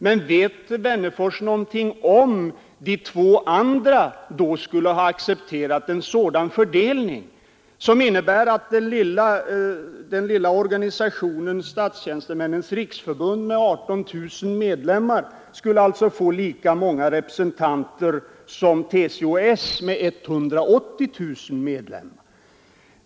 Men vet herr Wennerfors någonting om huruvida de två andra organisationerna då skulle ha accepterat en sådan fördelning, som innebär att den lilla organisationen Statstjänstemännens riksförbund med 18 000 medlemmar skulle få lika många representanter som TCO-S med 180 000 medlemmar?